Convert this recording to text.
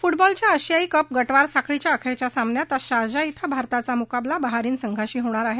फुटबॉलच्या आशियाई कप गटवार साखळीच्या अखेरच्या सामन्यात आज शारजा श्वें भारताचा मुकाबला बहरीन संघाशी होणार आहे